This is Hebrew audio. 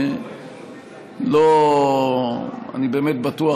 אני באמת בטוח